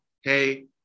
hey